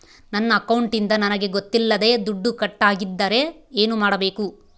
ನನ್ನ ಅಕೌಂಟಿಂದ ನನಗೆ ಗೊತ್ತಿಲ್ಲದೆ ದುಡ್ಡು ಕಟ್ಟಾಗಿದ್ದರೆ ಏನು ಮಾಡಬೇಕು?